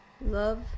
Love